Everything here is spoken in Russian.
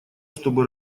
чтобы